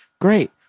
Great